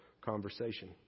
conversation